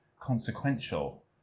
consequential